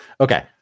Okay